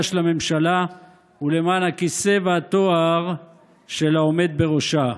של הממשלה ולמען הכיסא והתואר של העומד בראשה.